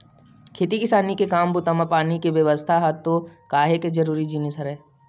खेती किसानी के काम बूता म पानी के बेवस्था ह तो काहेक जरुरी जिनिस हरय